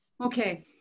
Okay